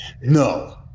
No